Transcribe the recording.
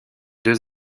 deux